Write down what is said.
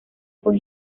con